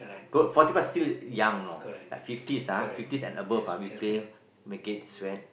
don't forty plus still young you know like fifties ah fifties and above ah we play make it sweat